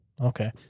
okay